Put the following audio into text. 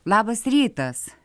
labas rytas